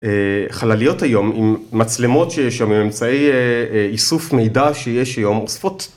חלליות היום עם מצלמות שיש שם, עם ממצאי איסוף מידע שיש היום אוספות.